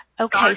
Okay